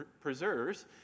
preserves